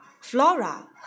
Flora